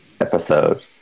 episode